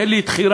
תן לי את חירן,